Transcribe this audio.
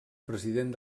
president